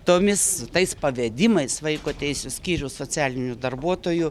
tomis tais pavedimais vaiko teisių skyriaus socialinių darbuotojų